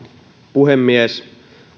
puhemies